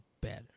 better